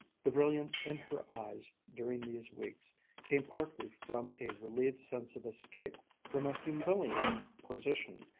the brilliance in her eyes during these weeks came partly from a relieved sense of escape from a humiliating position,